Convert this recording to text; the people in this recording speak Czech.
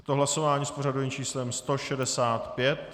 Je to hlasování s pořadovým číslem 165.